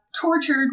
tortured